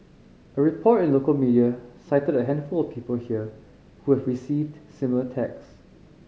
a report in local media cited a handful of people here who have received similar texts